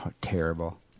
terrible